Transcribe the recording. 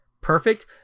perfect